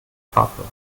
farblos